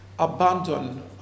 abandon